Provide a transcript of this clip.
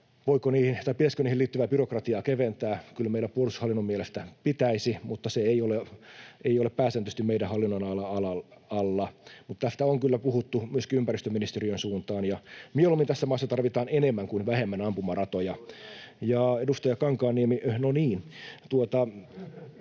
pitäisikö niihin liittyvää byrokratiaa keventää. Kyllä meidän puolustushallinnon mielestä pitäisi, mutta se ei ole pääsääntöisesti meidän hallinnonalan alla. Mutta tästä on kyllä puhuttu myöskin ympäristöministeriön suuntaan. Mieluummin tässä maassa tarvitaan enemmän kuin vähemmän ampumaratoja. [Petri Huru: Juuri näin!]